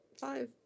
Five